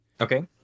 Okay